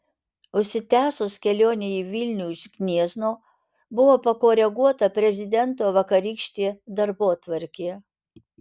užsitęsus kelionei į vilnių iš gniezno buvo pakoreguota prezidento vakarykštė darbotvarkė